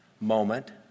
moment